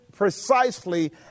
precisely